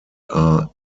are